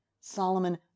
Solomon